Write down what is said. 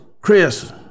Chris